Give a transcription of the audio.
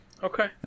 Okay